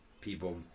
people